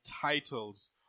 titles